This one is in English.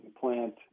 plant